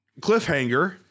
Cliffhanger